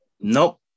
Nope